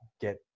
get